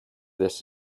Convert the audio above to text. this